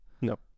No